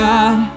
God